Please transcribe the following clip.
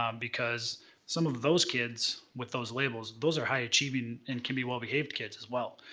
um because some of those kids, with those labels, those are high-achieving, and can be well-behaved kids as well.